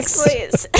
please